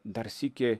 dar sykį